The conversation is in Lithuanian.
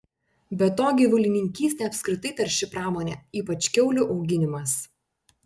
be to gyvulininkystė apskritai tarši pramonė ypač kiaulių auginimas